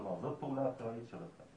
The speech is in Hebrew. כלומר זאת פעולה אקראית שלכם?